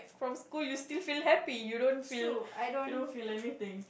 from school you still feel happy you don't feel you don't feel anything